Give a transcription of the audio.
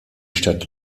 stadt